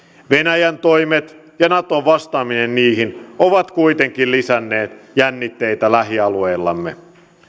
venäjän toimet ja naton vastaaminen niihin ovat kuitenkin lisänneet jännitteitä lähialueillamme